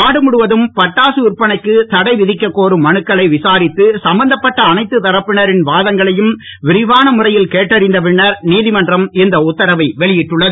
நாடு முழுவதும் பட்டாசு விற்பனைக்கு தடைவிதிக்கக்கோரும் மனுக்களை விசாரித்து சம்பந்தப்பட்ட அனைத்து தரப்பினரின் வாதங்களையும் விரிவான முறையில் கேட்டறிந்த பின்னர் நீதிமன்றம் இந்த உத்தரவை வெளியிட்டுள்ளது